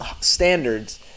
standards